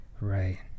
Right